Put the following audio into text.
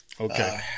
Okay